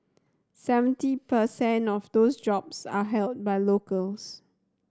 seventy per cent of those jobs are held by locals